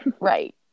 Right